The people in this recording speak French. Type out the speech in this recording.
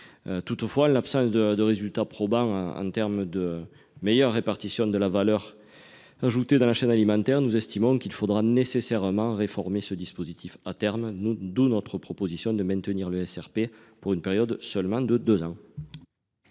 ... En l'absence de résultats probants en termes de meilleure répartition de la valeur ajoutée dans la chaîne alimentaire, nous estimons qu'à terme il faudra nécessairement réformer ce dispositif. D'où notre proposition de maintenir le SRP+10 pour une période de seulement deux ans.